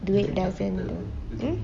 duit definitely okay